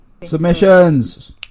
Submissions